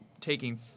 taking